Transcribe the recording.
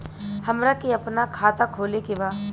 हमरा के अपना खाता खोले के बा?